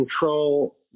control